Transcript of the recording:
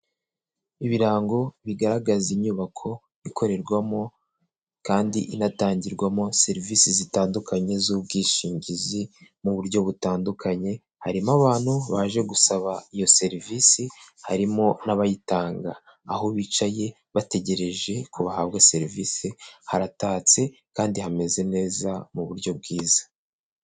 Ibirango bigaragaza inyubako ikorerwamo kandi inatangirwamo serivisi zitandukanye z'ubwishingizi mu buryo butandukanye, harimo abantu baje gusaba iyo serivisi harimo n'abayitanga aho bicaye bategereje kuba bahabwa serivisi, haratatse kandi hameze neza mu buryo bwiza.